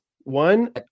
one